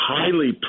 highly